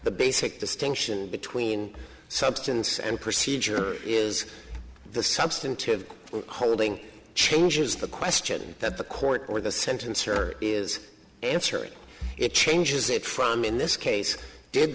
the basic distinction between substance and procedure is the substantive holding changes the question that the court or the sentence her is answering it changes it from in this case did